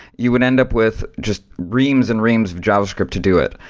you would end up with just reams and reams of javascript to do it.